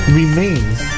remains